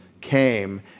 came